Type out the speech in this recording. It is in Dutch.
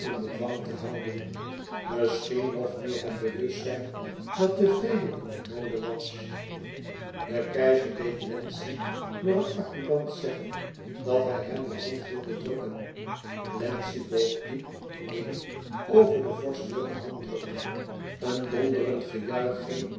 bedwang te houden misschien nog meer het bewustzijn dat de vrede in de mode was de keizer deed wlenzci door een adjudant zeggen dat hij hem de hand wilde drukken wlenzci boog diep heen over den vorstelijken handdruk een donderend gejuich ging